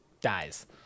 dies